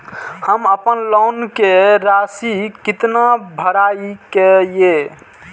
हमर अपन लोन के राशि कितना भराई के ये?